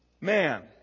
Man